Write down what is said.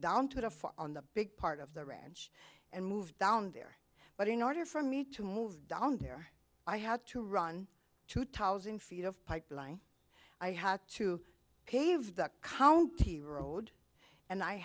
down to the farm on the big part of the ranch and moved down there but in order for me to move down there i had to run two towers in feet of pipeline i had to pave the county road and i